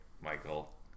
Michael